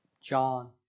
John